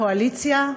הקואליציה,